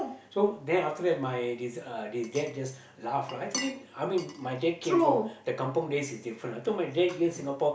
so then after dad my this uh this dad just laugh lah actually I mean my dad came from the kampung days is different I told my dad here Singapore